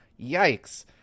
yikes